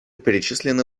перечислены